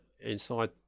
inside